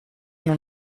non